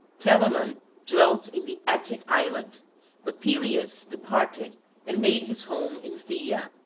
telamon dwelt in the attic island but peleus departed and made his home in phthia.